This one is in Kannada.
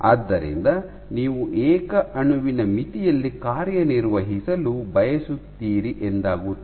ಆದ್ದರಿಂದ ನೀವು ಏಕ ಅಣುವಿನ ಮಿತಿಯಲ್ಲಿ ಕಾರ್ಯನಿರ್ವಹಿಸಲು ಬಯಸುತ್ತೀರಿ ಎಂದಾಗುತ್ತದೆ